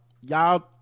y'all